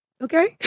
okay